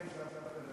בבקשה.